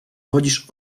wodzisz